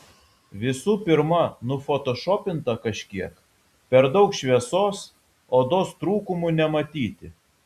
visų pirma nufotošopinta kažkiek per daug šviesos odos trūkumų nematyti